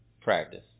Practice